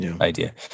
idea